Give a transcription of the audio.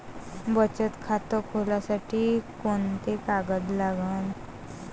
बचत खात खोलासाठी कोंते कागद लागन?